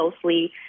closely